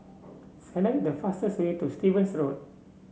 select the fastest way to Stevens Road